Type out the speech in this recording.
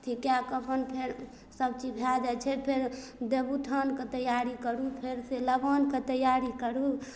अथी कए कऽ अपन फेर सबचीज भए जाइ छै फेर देवउठानके तैयारी करू फेर से लबानके तैयारी करू